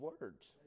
words